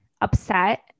upset